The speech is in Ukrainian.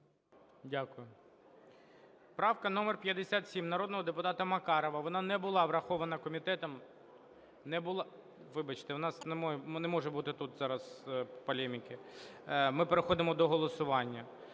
Дякую. Правка номер 57 народного депутата Макарова. Вона не була врахована комітетом, не була... Вибачте, в нас не може бути тут зараз полеміки. Ми переходимо до голосування.